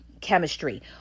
chemistry